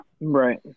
Right